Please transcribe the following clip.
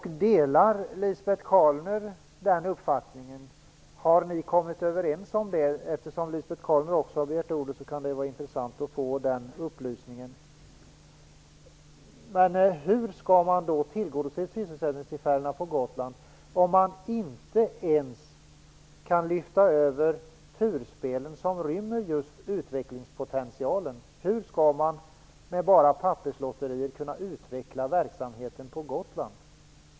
Delar Lisbet Calner den uppfattningen? Har ni kommit överens om det? Eftersom Lisbet Calner också har begärt ordet kan det vara intressant att få den upplysningen. Hur skall man tillgodose kraven på sysselsättningstillfällen på Gotland om man inte ens kan lyfta över turspelen, som rymmer utvecklingspotentialen? Hur skall man med bara papperslotterier kunna utveckla verksamheten på Gotland?